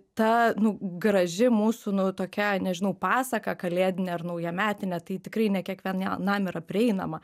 ta nu graži mūsų nu tokia nežinau pasaka kalėdinė ar naujametinė tai tikrai ne kiekvienam yra prieinama